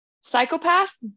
psychopath